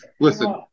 listen